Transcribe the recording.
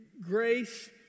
grace